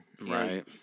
Right